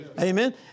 Amen